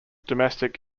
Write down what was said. domestic